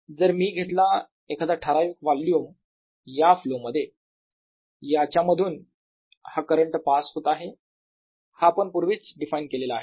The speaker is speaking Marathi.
जर मी घेतला एखादा ठराविक वोल्युम या फ्लो मध्ये तर याच्यामधून हा करंट पास होत आहे हा आपण पुर्वीच डिफाइन केलेला आहे